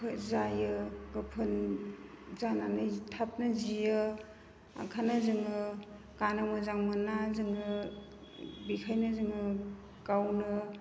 जायो गोफोन जानानै थाबनो जियो ओंखायनो जों गाननो मोजां मोना जोङो बिखायनो जोङो गावनो